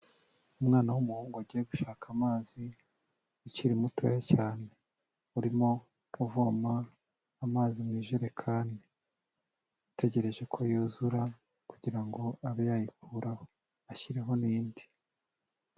Umwana w'umuhungu wagiye gushaka amazi, ukiri mutoya cyane, urimo uvoma amazi mu ijerekani, ategereje ko yuzura kugira ngo abe yayikuraho ashyireho n'indi.